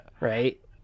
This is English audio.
Right